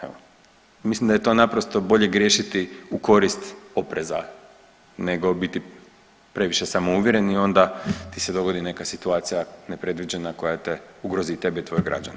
Evo, mislim da je to naprosto bolje griješiti u korist opreza, nego biti previše samouvjeren i onda ti se dogodi neka situacija nepredviđena koja te ugrozi i tebe i tvoje građane.